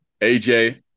AJ